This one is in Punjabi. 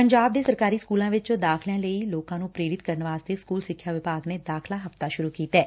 ਪੰਜਾਬ ਦੇ ਸਰਕਾਰੀ ਸਕੁਲਾਂ ਚ ਦਾਖਲਿਆਂ ਲਈ ਲੋਕਾਂ ਨੂੰ ਪ੍ਰੇਰਿਤ ਕਰਨ ਵਾਸਤੇ ਸਕੁਲ ਸਿੱਖਿਆ ਵਿਭਾਗ ਨੇ ਦਾਖਲਾ ਹਫ਼ਤਾ ਸੁਰੁ ਕੀਤੈ